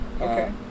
Okay